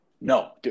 No